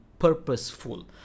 purposeful